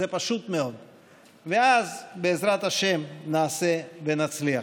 זה פשוט מאוד, ואז בעזרת השם נעשה ונצליח.